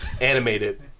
animated